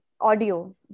audio